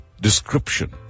description